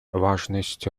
важность